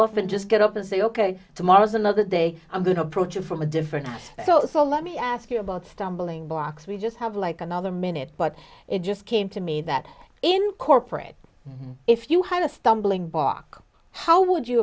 and just get up and say ok tomorrow's another day i'm going to approach it from a different path so it's a let me ask you about stumbling blocks we just have like another minute but it just came to me that in corporate if you had a stumbling block how would you